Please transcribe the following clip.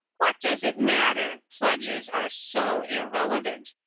what does it matter? pledges are so irrelevant.